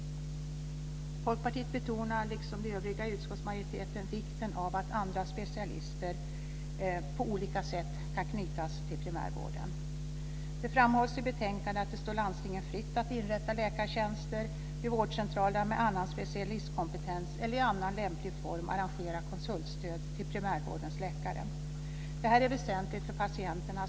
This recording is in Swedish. Folkpartiet betonar, liksom övriga i utskottsmajoriteten, vikten av att andra specialister på olika sätt kan knytas till primärvården. Det framhålls i betänkandet att det står landstingen fritt att inrätta läkartjänster vid vårdcentralerna med annan specialistkompetens eller i annan lämplig form arrangera konsultstöd till primärvårdens läkare. Det här är väsentligt för patienterna.